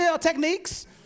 techniques